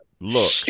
Look